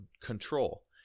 control